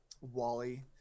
Wally